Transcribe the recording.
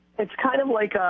it's kind of, like, ah